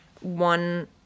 one